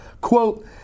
Quote